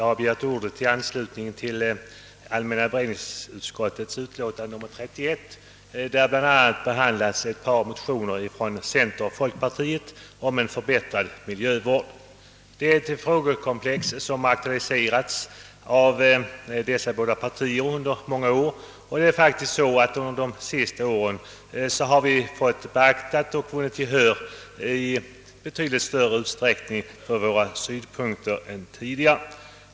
Herr talman! I allmänna beredningsutskottets utlåtande nr 31 behandlas bl.a. ett motionspar från centerpartiet och folkpartiet om en förbättrad miljövård. Det är ett frågekomplex som aktualiserats av dessa båda partier under många år. Under de senaste åren har vi faktiskt också fått våra synpunkter beaktade och vunnit gehör för dem i betydligt större utsträckning än tidigare.